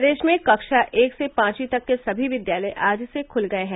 प्रदेश में कक्षा एक से पांचवी तक के सभी विद्यालय आज से खुल गए हैं